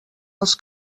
els